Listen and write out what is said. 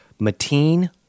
Mateen